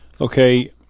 Okay